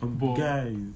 guys